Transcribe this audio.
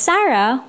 Sarah